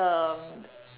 um